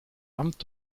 amt